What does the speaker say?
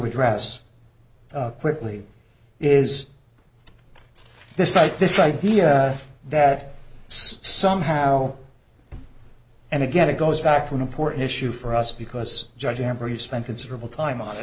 redress quickly is this site this idea that somehow and again it goes back from important issue for us because judge amber you spent considerable time on it